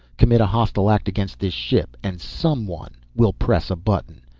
commit a hostile act against this ship and someone will press a button.